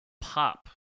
pop